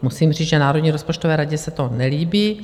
Musím říct, že Národní rozpočtové radě se to nelíbí.